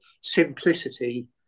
simplicity